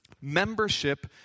membership